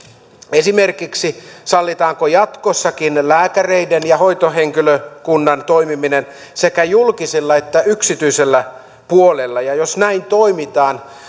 esimerkiksi sallitaanko jatkossakin lääkäreiden ja hoitohenkilökunnan toimiminen sekä julkisella että yksityisellä puolella ja jos näin toimitaan